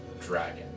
dragon